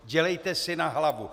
Dělejte si na hlavu.